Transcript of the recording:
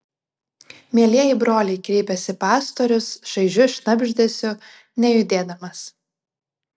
mielieji broliai kreipėsi pastorius šaižiu šnabždesiu nejudėdamas